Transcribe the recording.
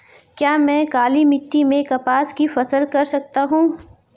क्या मैं काली मिट्टी में कपास की फसल कर सकता हूँ?